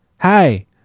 Hi